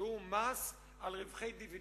מס על רווחי דיבידנדים.